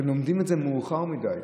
אתם לומדים את זה מאוחד מדי.